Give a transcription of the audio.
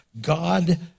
God